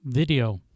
video